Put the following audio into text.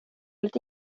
lite